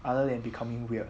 other than becoming weird